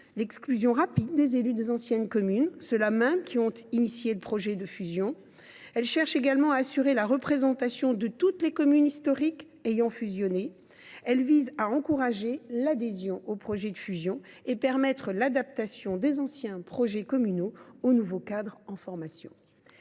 l’exclusion rapide des élus des anciennes communes, ceux là mêmes auxquels on doit l’initiative du projet de fusion ; deuxièmement, assurer la représentation de toutes les communes historiques ayant fusionné ; troisièmement encourager l’adhésion au projet de fusion et permettre l’adaptation des anciens projets communaux au nouveau cadre en formation.